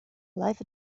life